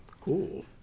Cool